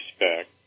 respect